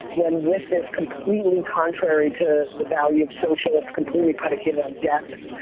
when with this completely contrary to the value of social, it's completely predicated on depth.